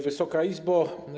Wysoka Izbo!